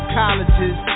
colleges